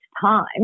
time